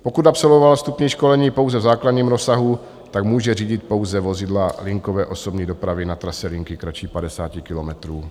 Pokud absolvoval vstupní školení pouze v základním rozsahu, tak může řídit pouze vozidla linkové osobní dopravy na trase linky kratší než 50 kilometrů.